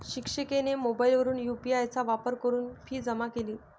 शिक्षिकेने मोबाईलवरून यू.पी.आय चा वापर करून फी जमा केली